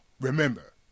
remember